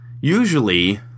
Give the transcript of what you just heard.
Usually